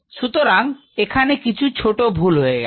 সুতরাং এখানে কিছু ছোট ভুল হয়ে গেল